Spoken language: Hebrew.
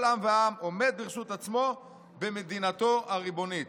עם ועם עומד ברשות עצמו במדינתו הריבונית".